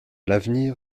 l’avenir